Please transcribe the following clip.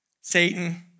Satan